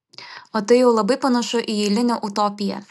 o tai jau labai panašu į eilinę utopiją